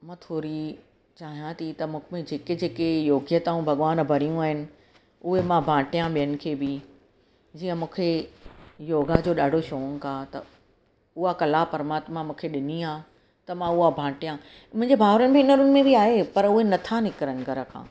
मां थोरी चाहियां थी त मूं में जेके जेके योग्यताऊं भॻवान भरियूं आहिनि उहे मां बांटियां ॿियनि खे बि जीअं मूंखे योगा जो ॾाढो शौंक़ु आहे त उहा कला परमात्मा मूंखे ॾिनी आहे त मां उहा ॿांटियां मुंहिंजे भाउरनि भेनरुनि में बि आहे पर उहे न था निकिरनि घर खां